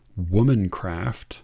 womancraft